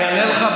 אני אענה לך,